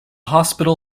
hospital